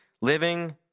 living